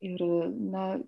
ir na